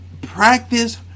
practice